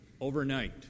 overnight